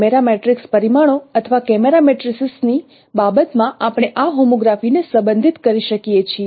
camera matrix પરિમાણો અથવા camera મેટ્રિસીસની બાબતમાં આપણે આ હોમોગ્રાફી ને સંબંધિત કરી શકીએ છીએ